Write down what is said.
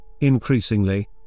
increasingly